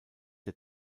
der